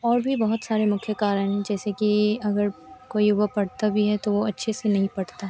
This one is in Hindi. और भी बहुत सारे मुख्य कारण हैं जैसे कि अगर कोई पढ़ता भी है तो वह अच्छे से नहीं पढ़ता